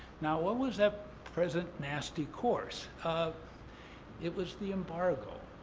now, what was that present nasty course? um it was the embargo.